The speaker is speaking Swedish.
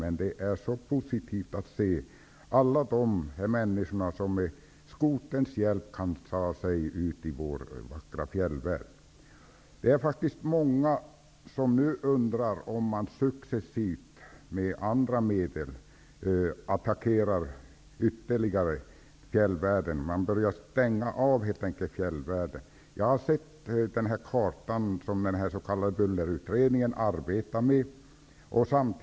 Men det är faktiskt mycket positivt att se alla de människor som med skoterns hjälp kan ta sig ut i vår vackra fjällvärld. Många undrar om man successivt kommer att attackera fjällvärlden ytterligare med andra medel. Skall man stänga av fjällvärlden? Jag har sett den karta som den s.k. bullerutredningen arbetar med.